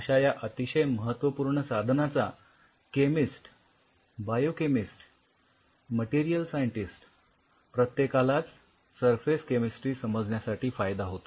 अश्या या अतिशय महत्वपूर्ण साधनाचा केमिस्ट बायोकेमिस्ट मटेरियल सायण्टिस्ट प्रत्येकालाच सरफेस केमिस्ट्री समजण्यासाठी फायदा होतो